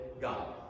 God